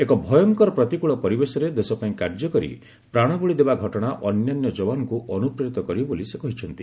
ଏକ ଭୟଙ୍କର ପ୍ରତିକଳ ପରିବେଶରେ ଦେଶ ପାଇଁ କାର୍ଯ୍ୟକରି ପ୍ରାଣବଳୀ ଦେବା ଘଟଶା ଅନ୍ୟାନ୍ୟ ଯବାନଙ୍କୁ ଅନୁପ୍ରେରିତ କରିବ ବୋଲି ସେ କହିଛନ୍ତି